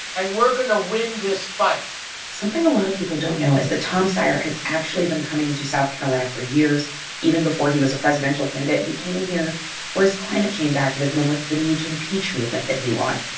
and we're going to win this fight something a lot of people don't know is that tom steyer has actually been coming to south carolina for years even before he was a presidential candidate. he came here for his climate change activism and with the need to impeach movement that he launched.